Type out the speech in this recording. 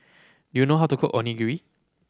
do you know how to cook Onigiri